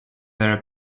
their